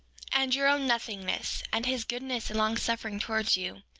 and your own nothingness, and his goodness and long-suffering towards you,